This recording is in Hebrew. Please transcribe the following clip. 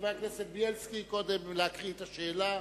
חבר הכנסת בילסקי יקריא קודם את השאלה.